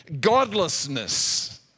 Godlessness